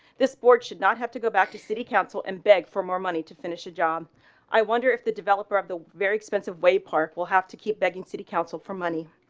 this board should not have to go back to city council and beg for more money to finish the job i wonder if the developer of the very expensive way park will have to keep begging city council for money.